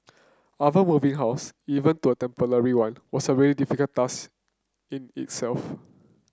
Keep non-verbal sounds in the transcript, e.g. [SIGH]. [UNINTELLIGIBLE] moving house even to a temporary one was a really difficult task in itself